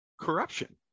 corruption